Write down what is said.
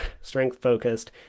strength-focused